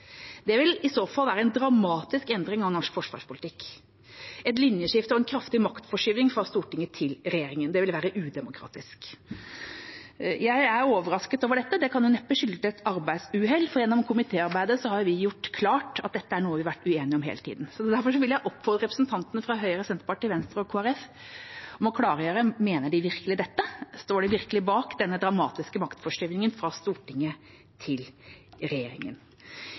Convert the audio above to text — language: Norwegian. Det vil i så fall være en dramatisk endring av norsk forsvarspolitikk, et linjeskift og en kraftig maktforskyvning fra Stortinget til regjeringen. Det ville være udemokratisk. Jeg er overrasket over dette. Det kan neppe skyldes et arbeidsuhell, for gjennom komitéarbeidet har vi gjort det klart at dette er noe vi har vært uenige om hele tiden. Derfor vil jeg oppfordre representantene fra Høyre, Senterpartiet, Venstre og Kristelig Folkeparti om å klargjøre: Mener de virkelig dette? Står de virkelig bak denne dramatiske maktforskyvningen fra Stortinget til regjeringen?